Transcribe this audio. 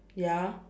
ya